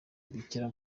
bikira